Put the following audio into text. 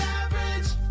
average